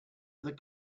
other